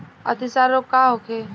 अतिसार रोग का होखे?